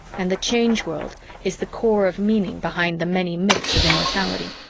and the change world is the core of meaning behind the many myths of immortality.